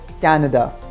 Canada